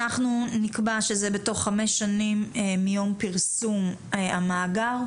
אנחנו נקבע שזה בתוך חמש שנים מיום פרסום המאגר,